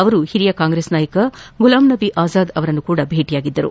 ಅವರು ಹಿರಿಯ ಕಾಂಗ್ರೆಸ್ ನಾಯಕ ಗುಲಾಂ ನಬಿ ಆಜಾದ್ ಅವರನ್ನೂ ಸಹ ಭೇಟಿಯಾಗಿದ್ದರು